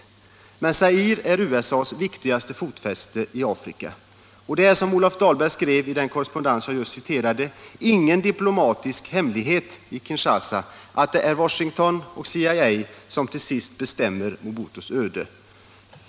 Men Zaire är USA:s viktigaste fotfäste i Afrika. Och det är, som Olof Dahlberg skrev i den korrespondens jag just citerat, ”ingen diplomatisk hemlighet i Kinshasa att det är Washington och CIA som till sist bestämmer Mobutus öde”.